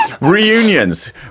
Reunions